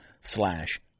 slash